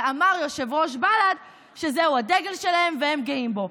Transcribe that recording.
אמר יושב-ראש בל"ד שזהו הדגל שלהם והם גאים בו.